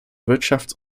wirtschafts